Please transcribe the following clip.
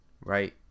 right